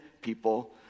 people